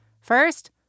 First